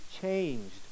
changed